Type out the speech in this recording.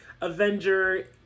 avenger